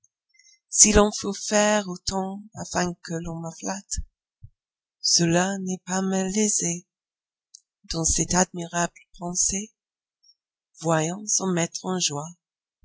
s'il en faut faire autant afin que l'on me flatte cela n'est pas bien malaisé dans cette admirable pensée voyant son maître en joie